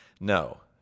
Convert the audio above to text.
No